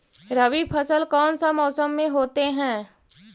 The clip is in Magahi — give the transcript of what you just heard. रवि फसल कौन सा मौसम में होते हैं?